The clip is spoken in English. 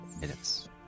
minutes